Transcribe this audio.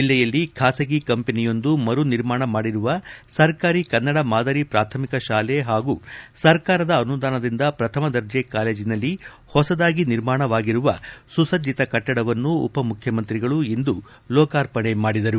ಜಲ್ಲೆಯಲ್ಲಿ ಖಾಸಗಿ ಕಂಪೆನಿಯೊಂದು ಮರು ನಿರ್ಮಾಣ ಮಾಡಿರುವ ಸರಕಾರಿ ಕನ್ನಡ ಮಾದರಿ ಪ್ರಾಥಮಿಕ ಶಾಲೆ ಹಾಗೂ ಸರಕಾರದ ಅನುದಾನದಿಂದ ಪ್ರಥಮ ದರ್ಜೆ ಕಾಲೇಜಿನಲ್ಲಿ ಹೊಸದಾಗಿ ನಿರ್ಮಾಣವಾಗಿರುವ ಸುಸಭ್ದಿತ ಕಟ್ಟಡವನ್ನು ಉಪ ಮುಖ್ಯಮಂತ್ರಿ ಇಂದು ಲೋಕಾರ್ಪಣೆ ಮಾಡಿದರು